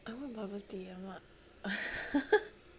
I want bubble tea !alamak!